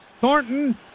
Thornton